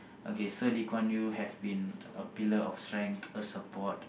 okay so Lee-Kuan-Yew have been a pillar of strength a support